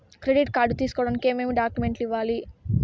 credit card తీసుకోడానికి ఏమేమి డాక్యుమెంట్లు ఇవ్వాలి